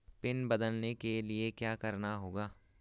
Pin बदलने के लिए क्या करना होगा?